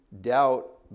Doubt